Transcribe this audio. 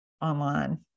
online